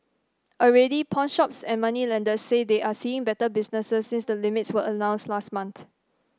already pawnshops and moneylenders say they are seeing better business since the limits were announced last month